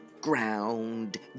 ground